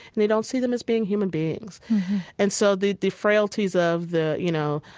and they don't see them as being human beings and so the the frailties of the, you know,